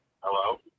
Hello